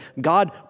God